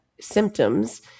symptoms